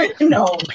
No